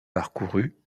parcourus